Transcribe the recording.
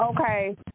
okay